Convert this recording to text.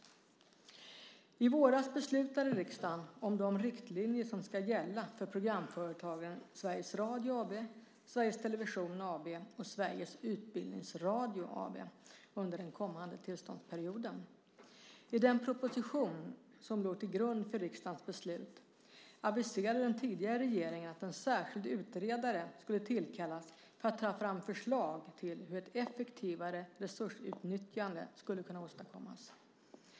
I våras beslutade riksdagen om de riktlinjer som ska gälla för programföretagen Sveriges Radio AB, SR, Sveriges Television AB, SVT, och Sveriges Utbildningsradio AB, UR, den kommande tillståndsperioden. I den proposition som låg till grund för riksdagens beslut aviserade den tidigare regeringen att en särskild utredare skulle tillkallas för att ta fram förslag till hur ett effektivare resursutnyttjande skulle kunna åstadkommas.